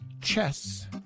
chess